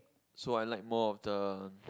so I like more of the